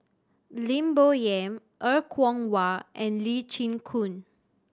Lim Bo Yam Er Kwong Wah and Lee Chin Koon